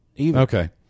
Okay